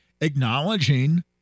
acknowledging